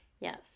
Yes